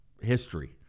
history